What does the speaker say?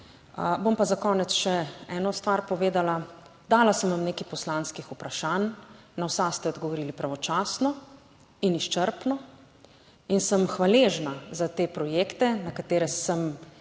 Bom pa za konec še eno stvar povedala, Dala sem vam nekaj poslanskih vprašanj, na vsa ste odgovorili pravočasno in izčrpno in sem hvaležna za te projekte, na katere sem